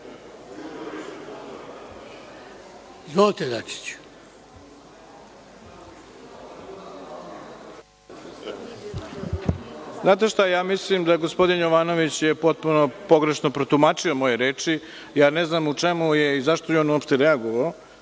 **Ivica Dačić** Znate šta, ja mislim da je gospodin Jovanović potpuno pogrešno protumačio moje reči. Ja ne znam u čemu je i zašto je on uopšte reagovao,